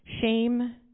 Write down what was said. Shame